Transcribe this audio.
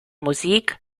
musik